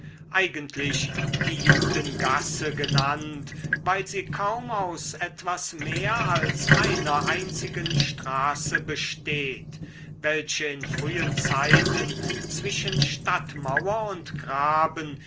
eigentlich die judengasse genannt weil sie kaum aus etwas mehr als einer einzigen straße besteht welche in frühen zeiten zwischen stadtmauer und graben